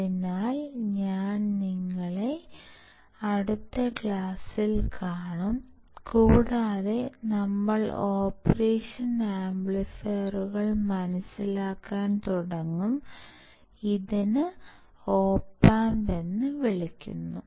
അതിനാൽ ഞാൻ നിങ്ങളെ അടുത്ത ക്ലാസ്സിൽ കാണും കൂടാതെ നമ്മൾ ഓപ്പറേഷൻ ആംപ്ലിഫയറുകൾ മനസിലാക്കാൻ തുടങ്ങും ഇതിനെ ഒപ്പ് ആമ്പ്സ് എന്നും വിളിക്കുന്നു